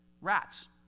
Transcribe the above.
Rats